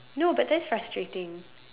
no but that's frustrating